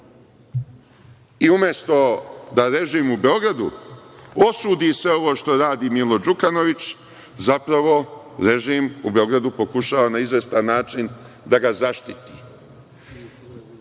I umesto da režim u Beogradu osudi sve ovo što radi Milo Đukanović zapravo režim u Beogradu pokušava na izvestan način da ga zaštiti. Dame